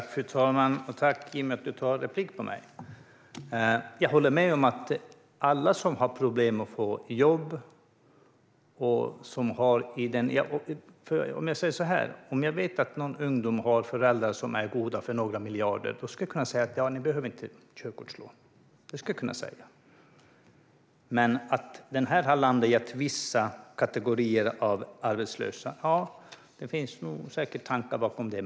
Fru talman! Tack, Jimmy, för att du tar replik på mig! Jag håller med när det gäller alla som har problem att få jobb. Men om jag vet att någon ungdom har föräldrar som är goda för några miljarder skulle jag kunna säga: Ni behöver inte körkortslån. Här har man landat i att det ska gälla vissa kategorier av arbetslösa. Det finns säkert tankar bakom det.